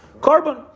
Carbon